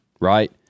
right